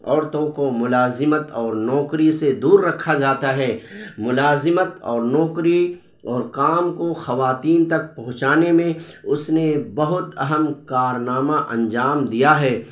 عورتوں کو ملازمت اور نوکری سے دور رکھا جاتا ہے ملازمت اور نوکری اور کام کو خواتین تک پہنچانے میں اس نے بہت اہم کارنامہ انجام دیا ہے